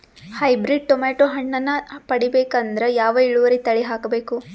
Hybrid tomato ಹಣ್ಣನ್ನ ಪಡಿಬೇಕಂದರ ಯಾವ ಇಳುವರಿ ತಳಿ ಹಾಕಬೇಕು?